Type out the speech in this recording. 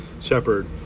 shepherd